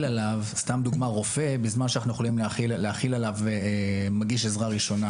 עליו רופא בזמן שאנחנו יכולים להחיל עליו מגיש עזרה ראשונה,